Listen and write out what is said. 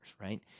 right